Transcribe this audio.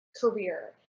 career